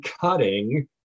cutting